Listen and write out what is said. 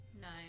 Nine